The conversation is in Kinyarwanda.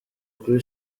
kuri